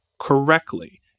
correctly